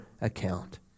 account